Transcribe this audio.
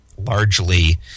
largely